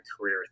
career